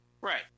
Right